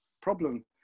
problem